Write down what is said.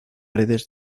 redes